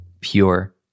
pure